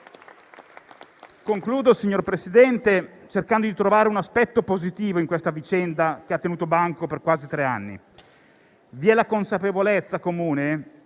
conclusione, signor Presidente, cercando di trovare un aspetto positivo in questa vicenda che ha tenuto banco per quasi tre anni. Vi è la consapevolezza comune